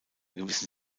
gewissen